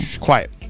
Quiet